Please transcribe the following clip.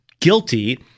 guilty